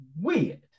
weird